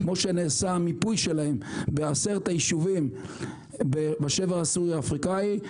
כמו שנעשה המיפוי שלהם ב-10 היישובים בשבר הסורי-אפריקני.